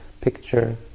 picture